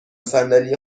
صندلی